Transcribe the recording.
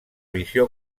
visió